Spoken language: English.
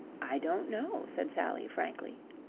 i don't know, said sally, frankly.